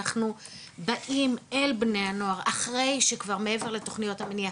אנחנו באים אל בני הנוער אחרי שכבר מעבר לתוכניות המניעה,